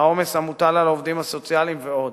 העומס המוטל על העובדים הסוציאליים ועוד.